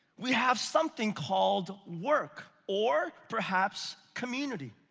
we have something called work, or perhaps community.